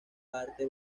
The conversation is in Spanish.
parte